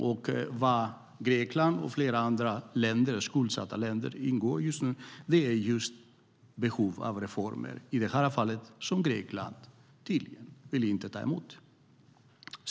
Det Grekland och flera andra skuldsatta länder för närvarande är i behov av är reformer, något som Grekland, i det här fallet, tydligen inte vill göra.